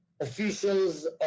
officials